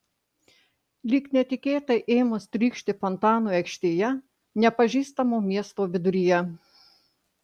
lyg netikėtai ėmus trykšti fontanui aikštėje nepažįstamo miesto viduryje